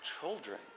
children